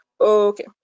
Okay